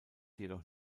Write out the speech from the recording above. jedoch